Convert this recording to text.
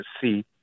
see